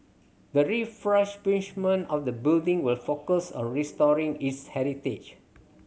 the refurbishment of the building will focus on restoring its heritage